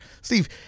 Steve